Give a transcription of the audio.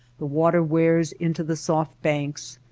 the water wears into the soft banks,